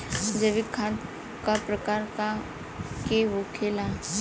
जैविक खाद का प्रकार के होखे ला?